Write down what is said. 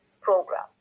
program